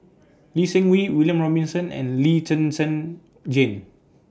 Lee Seng Wee William Robinson and Lee Zhen Zhen Jane